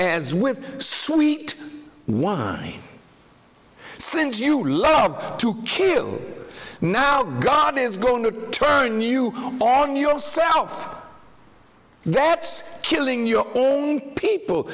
as with sweet wine since you love to kill now god is going to turn you on yourself that's killing your own people